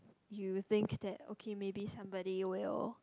you think that okay maybe somebody will